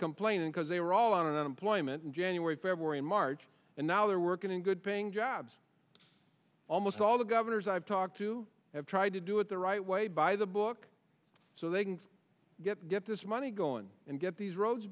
complaining because they were all on unemployment in january february march and now they're working in good paying jobs almost all the governors i've talked to have tried to do it the right way by the book so they can get get this money going and get these roads